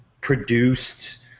produced